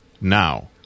now